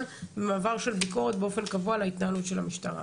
במעבר של ביקורת באופן קבוע על ההתנהלות של המשטרה.